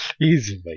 easily